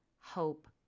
hope